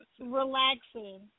Relaxing